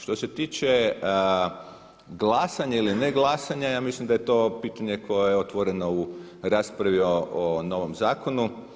Što se tiče glasanja ili ne glasanja, ja mislim da je to pitanje koje je otvoreno u raspravi o novom zakonu.